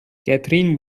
catherine